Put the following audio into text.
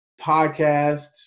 Podcasts